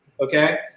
okay